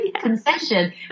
concession